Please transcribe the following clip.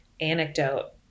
anecdote